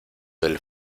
del